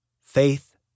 faith